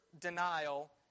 denial